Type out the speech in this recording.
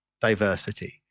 diversity